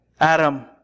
Adam